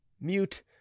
mute